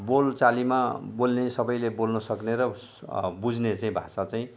बोलीचालीमा बोल्ने सबैले बोल्नु सक्ने र बुझ्ने चाहिँ भाषा चाहिँ